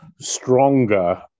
stronger